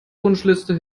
wunschliste